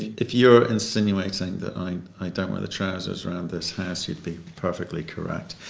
if you're insinuating that i don't wear the trousers around this house, you would be perfectly correct.